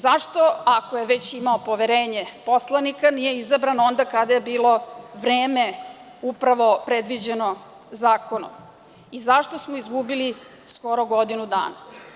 Zašto, ako je već imao poverenje poslanika, nije izabran onda kada je bilo vreme upravo predviđeno zakonom i zašto smo izgubili skoro godinu dana?